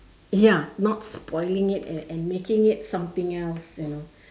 ya not spoiling it and and making it something else you know